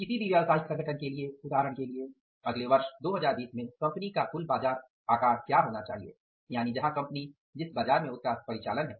किसी भी व्यावसायिक संगठन के लिए उदाहरण के लिए अगले वर्ष 2020 में कंपनी का कुल बाजार आकार क्या होना चाहिए यानि जहाँ कंपनी जिस बाज़ार में उसका परिचालन है